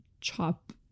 chop